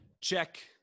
Check